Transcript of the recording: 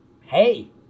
hey